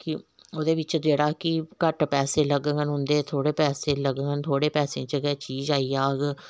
ओह्दे बिच्च जेह्ड़ा कि पैहे लगन उं'दे बिच्च जेह्ड़े पेहे लङन थोह्ड़े पैहे च गै चीज आई जाह्ग